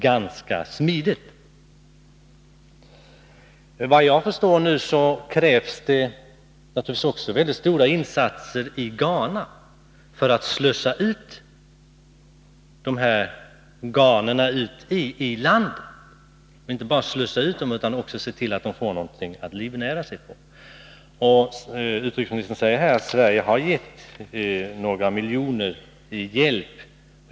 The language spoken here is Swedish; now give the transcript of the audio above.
Efter vad jag förstår krävs det nu ganska stora insatser i Ghana för att slussa ut de återvändande ghananerna i landet och se till att de får något att livnära sig på. Utrikesministern säger att Sverige har gett några miljoner i bistånd.